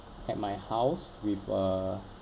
at my house with a